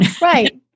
Right